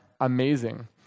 amazing